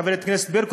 חברת הכנסת ברקו,